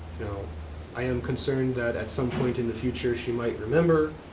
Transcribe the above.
you know i am concerned that at some point in the future she might remember,